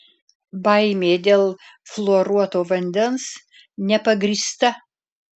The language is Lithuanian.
baimė dėl fluoruoto vandens nepagrįsta